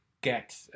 get